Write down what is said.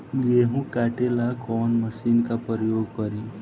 गेहूं काटे ला कवन मशीन का प्रयोग करी?